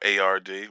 ARD